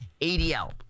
ADL